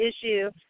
issue